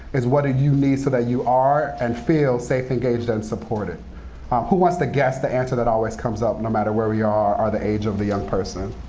is, what do do you need so that you are and feel safe, engaged, and supported? who wants to guess the answer that always comes up no matter where we are or the age of the young person?